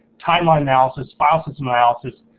timeline analysis, file system analysis,